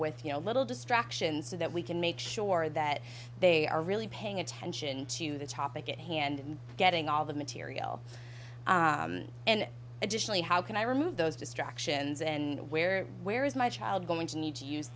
with you know a little distractions to that we can make sure that they are really paying attention to the topic at hand and getting all the material and additionally how can i remove those distractions and where where is my child going to need to use